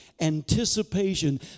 anticipation